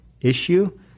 issue